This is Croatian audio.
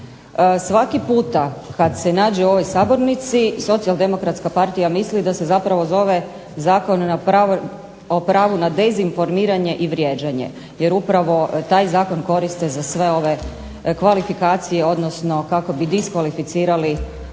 svaki puta kada se nađe u ovoj sabornici SDP misli da se zapravo zove zakon o pravu na dezinformiranje i vrijeđanje, jer upravo taj zakon koriste za sve ove kvalifikacije odnosno kako bi diskvalificirali